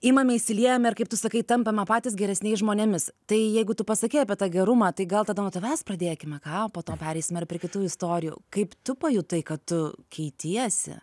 imame įsiliejame ir kaip tu sakai tampame patys geresniais žmonėmis tai jeigu tu pasakei apie tą gerumą tai gal tada nuo tavęs pradėkime ką o po to pereisime ir prie kitų istorijų kaip tu pajutai kad tu keitiesi